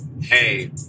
hey